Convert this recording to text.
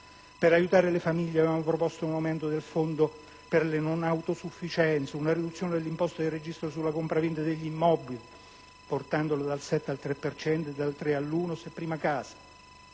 Per aiutare le famiglie, avevamo proposto un aumento del fondo per le non autosufficienze; una riduzione dell'imposta di registro sulla compravendita degli immobili (portandola dal 7 al 3 per cento e dal 3 all'1 per cento